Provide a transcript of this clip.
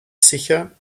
sicher